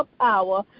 power